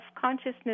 consciousness